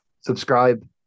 Subscribe